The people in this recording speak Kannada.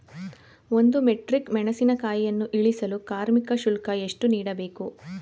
ಒಂದು ಮೆಟ್ರಿಕ್ ಮೆಣಸಿನಕಾಯಿಯನ್ನು ಇಳಿಸಲು ಕಾರ್ಮಿಕ ಶುಲ್ಕ ಎಷ್ಟು ನೀಡಬೇಕು?